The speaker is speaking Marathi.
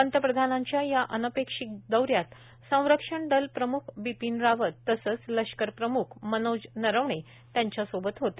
पंतप्रधानांच्या या अनपेक्षित दौ यात संरक्षण दल प्रम्ख बिपीन रावत तसंच लष्कर प्रम्ख मनोज नरवणे त्यांच्या सोबत होते